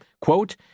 quote